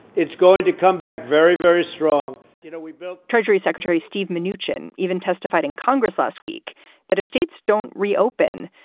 it's going to come back very, very strong you know, we built treasury secretary steve manoogian, even testified in congress last week that if states don't reopen,